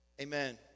Amen